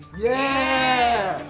yeah!